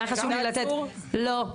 --- לא.